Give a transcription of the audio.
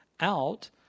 out